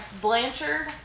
Blanchard